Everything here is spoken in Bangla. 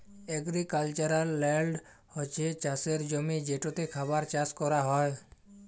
এগ্রিকালচারাল ল্যল্ড হছে চাষের জমি যেটতে খাবার চাষ ক্যরা হ্যয়